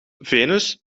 venus